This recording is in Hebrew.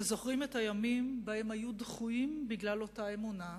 שזוכרים את הימים שבהם היו דחויים בגלל אותה אמונה,